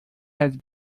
had